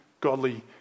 godly